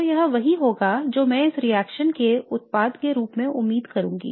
तो यह वही होगा जो मैं इस रिएक्शन के उत्पाद के रूप में उम्मीद करूंगा